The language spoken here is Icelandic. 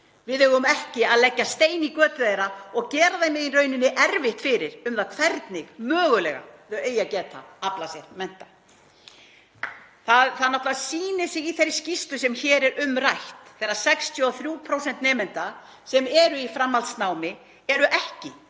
Við eigum ekki að leggja stein í götu þeirra og gera þeim erfitt fyrir um það hvernig þau eigi mögulega að geta aflað sér menntunar. Það sýnir sig í þeirri skýrslu sem hér er um rætt þegar 63% nemenda sem eru í framhaldsnámi eru ekki